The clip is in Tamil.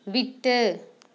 விட்டு